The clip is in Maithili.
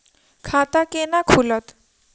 खाता केना खुलत?